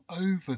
over